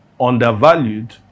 undervalued